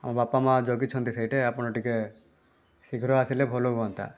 ଆମ ବାପାମା' ଜଗିଛନ୍ତି ସେଇଠି ଆପଣ ଟିକିଏ ଶୀଘ୍ର ଆସିଲେ ଭଲ ହୁଅନ୍ତା